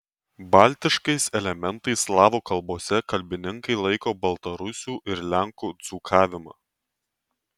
baltiškais elementais slavų kalbose kalbininkai laiko baltarusių ir lenkų dzūkavimą